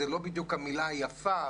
זאת לא בדיוק המילה היפה,